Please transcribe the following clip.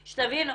תבינו,